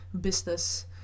business